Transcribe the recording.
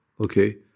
Okay